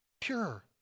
pure